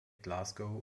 glasgow